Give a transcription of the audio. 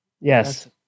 Yes